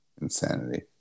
insanity